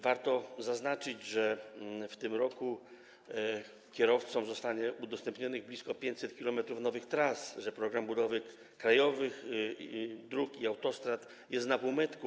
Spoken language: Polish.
Warto zaznaczyć, że w tym roku kierowcom zostanie udostępnionych blisko 500 km nowych tras, że program budowy krajowych dróg i autostrad jest na półmetku.